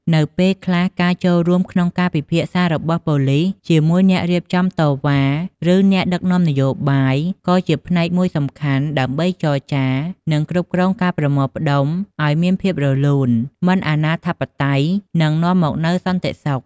នៅពេលខ្លះការចូលរួមក្នុងការពិភាក្សារបស់ប៉ូលីសជាមួយអ្នករៀបចំការតវ៉ា ឬអ្នកដឹកនាំនយោបាយក៏ជាផ្នែកមួយសំខាន់ ដើម្បីចរចា និងគ្រប់គ្រងការប្រមូលផ្តុំឲ្យមានភាពរលូនមិនអាណាធិបតេយ្យ នឹងនាំមកនូវសន្តិសុខ។